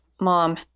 mom